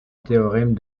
théorème